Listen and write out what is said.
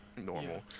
normal